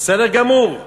בסדר גמור.